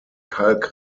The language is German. kalk